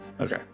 okay